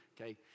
Okay